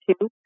two